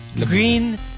Green